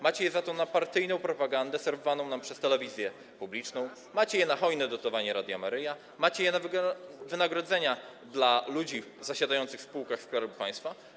Macie je za to na partyjną propagandę serwowaną nam przez telewizję publiczną, macie je na hojne dotowanie Radia Maryja, macie je na wynagrodzenia dla ludzi zasiadających w spółkach Skarbu Państwa.